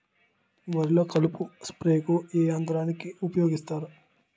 వరిలో కలుపు స్ప్రేకు ఏ యంత్రాన్ని ఊపాయోగిస్తారు?